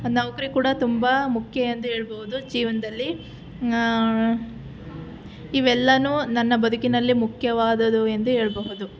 ನೌಕರಿ ಕೂಡ ತುಂಬ ಮುಖ್ಯ ಎಂದು ಹೇಳ್ಬೋದು ಜೀವನದಲ್ಲಿ ಇವೆಲ್ಲನೂ ನನ್ನ ಬದುಕಿನಲ್ಲಿ ಮುಖ್ಯವಾದದು ಎಂದು ಹೇಳಬಹುದು